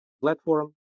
platform